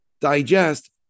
digest